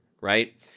right